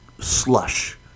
slush